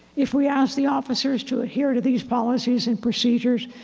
if we ask the officers to adhere to these policies and procedures,